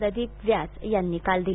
प्रदीप व्यास यांनी काल दिली